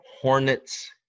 hornets